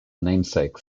namesake